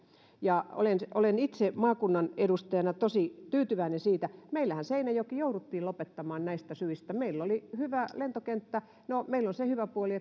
ja olen olen itse maakunnan edustajana tosi tyytyväinen siitä meillähän seinäjoki jouduttiin lopettamaan näistä syistä meillä oli hyvä lentokenttä no meillä on se hyvä puoli